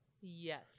Yes